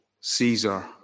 Caesar